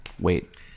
wait